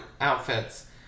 outfits